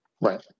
Right